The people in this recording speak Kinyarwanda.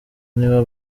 nibo